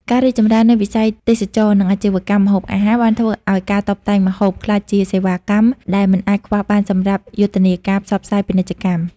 ការរីកចម្រើននៃវិស័យទេសចរណ៍ និងអាជីវកម្មម្ហូបអាហារបានធ្វើឱ្យការតុបតែងម្ហូប ក្លាយជាសេវាកម្មដែលមិនអាចខ្វះបានសម្រាប់យុទ្ធនាការផ្សព្វផ្សាយពាណិជ្ជកម្ម។